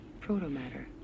Protomatter